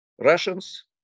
Russians